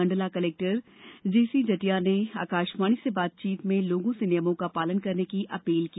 Mandla collector JC Jatia ने आकाशवाणी से बातचीत में लोगों से नियमों का पालन करने की अपील की